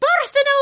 personal